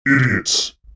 Idiots